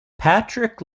patrick